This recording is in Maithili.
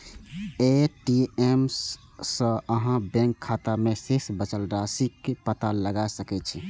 ए.टी.एम सं अहां बैंक खाता मे शेष बचल राशिक पता लगा सकै छी